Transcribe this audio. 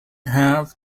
have